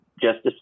justice